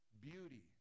beauty